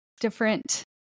different